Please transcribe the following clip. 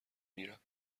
میرم